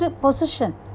position